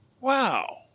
wow